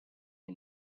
her